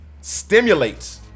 stimulates